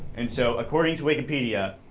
and so according to wikipedia,